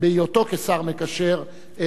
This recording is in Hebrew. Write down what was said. בהיותו השר המקשר,